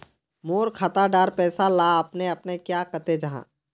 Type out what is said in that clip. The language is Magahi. मोर खाता डार पैसा ला अपने अपने क्याँ कते जहा?